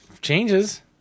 changes